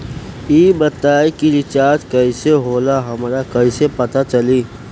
ई बताई कि रिचार्ज कइसे होला हमरा कइसे पता चली?